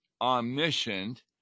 omniscient